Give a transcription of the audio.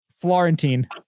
Florentine